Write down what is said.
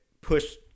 push